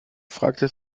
fragte